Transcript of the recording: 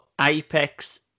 apex